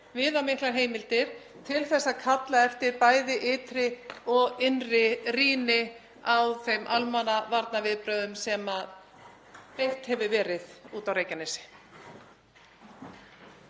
viðamiklar heimildir til að kalla eftir bæði ytri og innri rýni á þeim almannavarnaviðbrögðum sem byggð hafa verið úti á Reykjanesi.